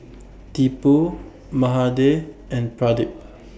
Tipu Mahade and Pradip